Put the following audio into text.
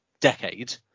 decade